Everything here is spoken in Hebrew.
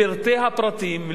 לפרטי הפרטים,